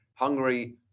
Hungary